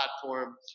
platform